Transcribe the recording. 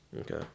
Okay